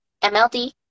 MLD